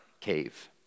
cave